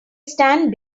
stand